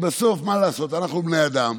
בסוף, מה לעשות, אנחנו בני אדם.